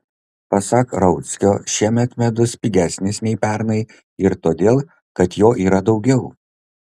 pasak rauckio šiemet medus pigesnis nei pernai ir todėl kad jo yra daugiau